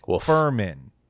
Furman